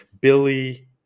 Billy